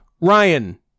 ryan